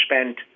spent